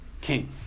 king